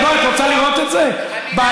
בואי, את רוצה לראות את זה, בהקלטה?